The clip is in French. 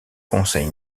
conseil